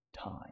time